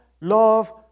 love